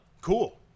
Cool